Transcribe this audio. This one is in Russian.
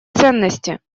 ценности